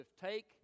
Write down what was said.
Take